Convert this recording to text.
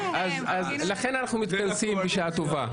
לכן אנחנו מתכנסים בשעה טובה.